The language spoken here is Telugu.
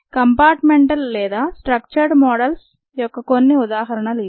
కంపార్ట్ మెంటల్ లేదా స్ట్రక్చర్డ్ మోడల్స్ యొక్క కొన్ని ఉదాహరణలు ఇవి